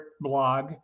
blog